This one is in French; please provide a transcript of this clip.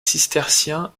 cisterciens